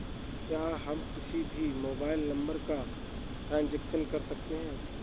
क्या हम किसी भी मोबाइल नंबर का ट्रांजेक्शन कर सकते हैं?